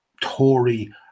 Tory